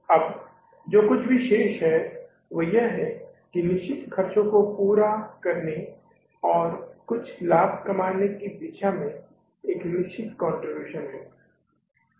अब जो कुछ भी शेष है वह यह है कि निश्चित ख़र्चों को पूरा करने और कुछ लाभ कमाने की दिशा में एक कंट्रीब्यूशन है